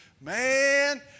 Man